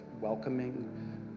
welcoming